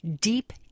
deep